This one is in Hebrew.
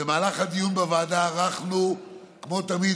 במהלך הדיון בוועדה ערכנו כמו תמיד,